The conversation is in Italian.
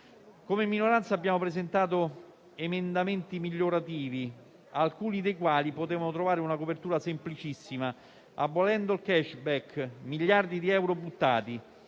Come minoranza abbiamo presentato emendamenti migliorativi, alcuni dei quali potevano trovare una copertura semplicissima abolendo il *cashback,* miliardi di euro buttati.